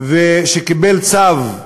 שקיבל צו,